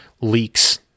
leaks